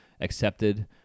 accepted